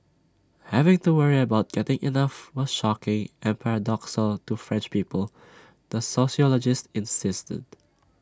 having to worry about getting enough was shocking and paradoxical to French people the sociologist insisted